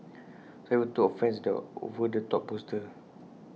some even took offence at their over the top poster